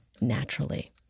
naturally